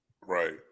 Right